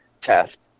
test